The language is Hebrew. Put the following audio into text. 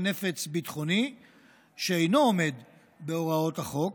נפץ ביטחוני שאינו עומד בהוראות החוק